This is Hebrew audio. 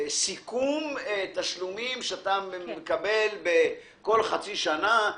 סיכום תשלומים שאתה מקבל כל חצי שנה.